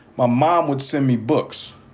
my mom would send me books.